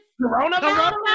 Coronavirus